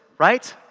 right?